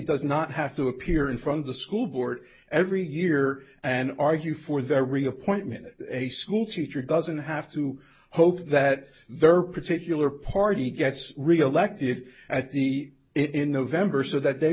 does not have to appear in front of the school board every year and argue for their reappointment a school teacher doesn't have to hope that their particular party gets reelected at the in november so that they